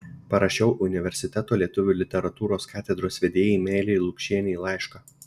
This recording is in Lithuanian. parašiau universiteto lietuvių literatūros katedros vedėjai meilei lukšienei laišką